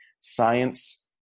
science